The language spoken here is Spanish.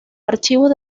archivos